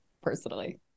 personally